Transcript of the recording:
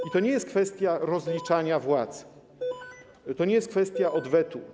I to nie jest kwestia rozliczania władz, to nie jest kwestia odwetu.